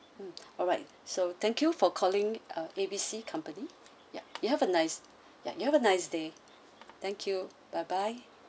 mm alright so thank you for calling ah A B C company ya you have a nice yeah you have a nice day thank you bye bye